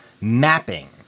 mapping